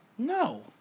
No